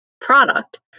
product